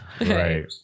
right